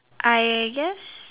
I guess